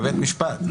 בבית משפט?